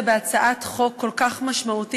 בהצעת חוק כל כך משמעותית.